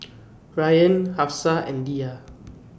Rayyan Hafsa and Dhia